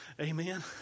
Amen